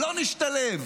לא נשתלב.